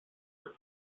her